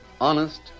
Honest